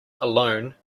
alone